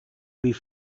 wie